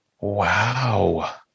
Wow